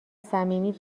صمیمی